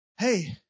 Hey